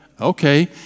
okay